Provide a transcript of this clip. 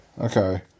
Okay